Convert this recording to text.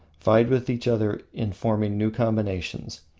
vied with each other in forming new combinations.